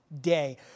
day